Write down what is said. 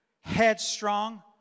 headstrong